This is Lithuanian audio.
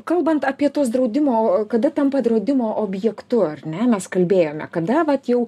kalbant apie tuos draudimo kada tampa draudimo objektu ar ne mes kalbėjome kada vat jau